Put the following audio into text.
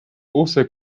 also